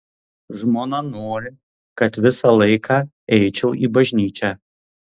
žmona nori kad visą laiką eičiau į bažnyčią